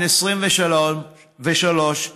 בן 23,